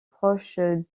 proche